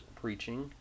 preaching